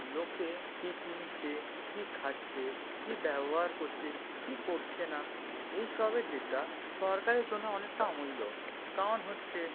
লোকে কি কিনছে কি খাচ্ছে কি ব্যবহার করছে কি করছে না এই সবের ডেটা সরকারের জন্য অনেকটা অমূল্য কারণ হচ্ছে